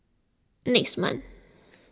next month